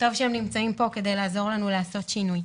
טוב שהם נמצאים פה כדי לעזור לנו לעשות שינוי.